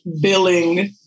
billing